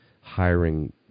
hiring